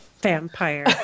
vampire